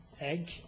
egg